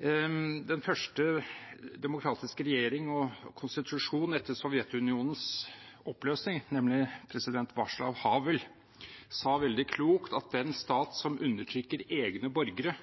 for den første demokratiske regjering og konstitusjon etter Sovjetunionens oppløsing, nemlig president Vaclav Havel, sa veldig klokt at den stat som undertrykker egne borgere,